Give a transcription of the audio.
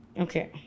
okay